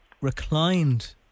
reclined